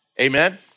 Amen